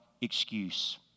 excuse